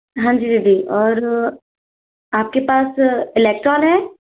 हांजी दीदी और आपके पास इलेक्ट्राल है